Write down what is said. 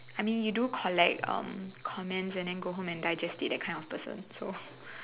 I mean you do collect um comments and then go home and digest it that kind of person so